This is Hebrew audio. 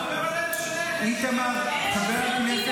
הוא מדבר שהם נגד